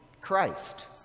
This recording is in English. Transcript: Christ